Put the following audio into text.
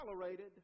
tolerated